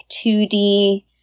2D